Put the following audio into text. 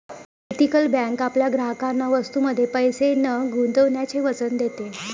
ethical bank आपल्या ग्राहकांना वस्तूंमध्ये पैसे न गुंतवण्याचे वचन देते